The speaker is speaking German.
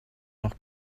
noch